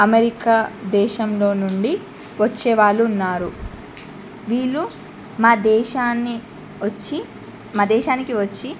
America దేశంలో నుండి వచ్చేవాళ్ళు ఉన్నారు వీళ్ళు మా దేశాన్ని వచ్చి మా దేశానికి వచ్చి